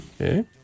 Okay